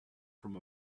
from